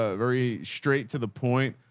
ah very straight to the point.